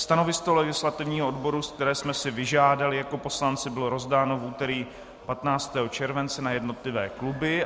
Stanovisko legislativního odboru, které jsme si vyžádali jako poslanci, bylo rozdáno v úterý 15. července na jednotlivé kluby.